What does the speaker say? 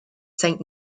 saint